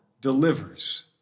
delivers